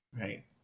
Right